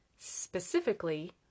specifically